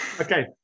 Okay